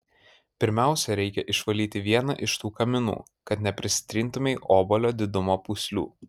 pirmiausia reikia išvalyti vieną iš tų kaminų kad neprisitrintumei obuolio didumo pūslių